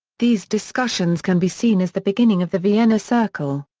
these discussions can be seen as the beginning of the vienna circle.